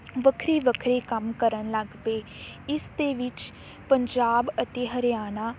ਵੱਖਰੇ ਵੱਖਰੇ ਕੰਮ ਕਰਨ ਲੱਗ ਪਏ ਇਸ ਦੇ ਵਿੱਚ ਪੰਜਾਬ ਅਤੇ ਹਰਿਆਣਾ